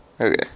okay